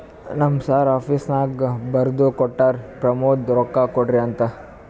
ನಮ್ ಸರ್ ಆಫೀಸ್ನಾಗ್ ಬರ್ದು ಕೊಟ್ಟಾರ, ಪ್ರಮೋದ್ಗ ರೊಕ್ಕಾ ಕೊಡ್ರಿ ಅಂತ್